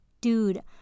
dude